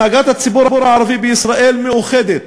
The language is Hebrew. הנהגת הציבור הערבי בישראל מאוחדת